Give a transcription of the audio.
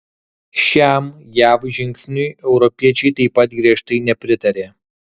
šiam jav žingsniui europiečiai taip pat griežtai nepritarė